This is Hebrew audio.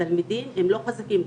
והתלמידים הם לא חזקים,